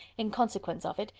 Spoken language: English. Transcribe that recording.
in consequence of it,